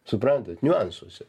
suprantat niuansuose